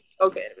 Okay